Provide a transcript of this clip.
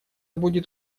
будет